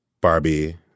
Barbie